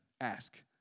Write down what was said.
ask